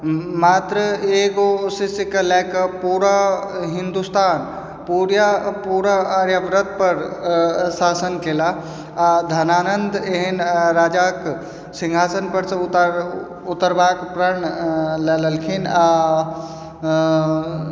मात्र एगो शिष्यके लए कऽ पूरा हिन्दुस्तान पूरा पूरा आर्यावर्तपर शासन केला आ धनानन्द एहन राजाक सिंहासनपर सँ उतर उतरबाक प्रण लऽ लेलखिन आ